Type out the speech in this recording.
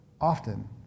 often